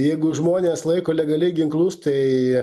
jeigu žmonės laiko legaliai ginklus tai